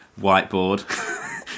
whiteboard